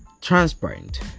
transparent